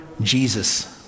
Jesus